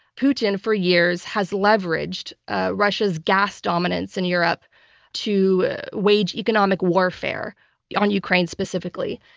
putin for years has leveraged ah russia's gas dominance in europe to wage economic warfare on ukraine specifically.